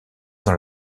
dans